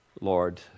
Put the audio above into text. lord